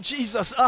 Jesus